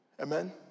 Amen